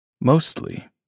Mostly